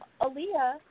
Aaliyah